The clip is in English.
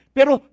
Pero